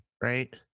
right